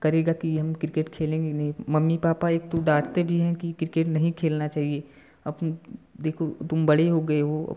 करेगा कि हम क्रिकेट खेलएंगे कि नहीं मम्मी पापा एक तो डांटते भी है कि क्रिकेट नहीं खेलना चाहिए अब देखो तुम बड़े हो गए हो